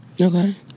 Okay